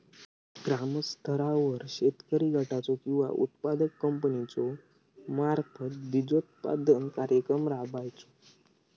ग्रामस्तरावर शेतकरी गटाचो किंवा उत्पादक कंपन्याचो मार्फत बिजोत्पादन कार्यक्रम राबायचो?